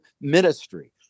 ministry